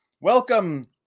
Welcome